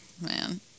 Man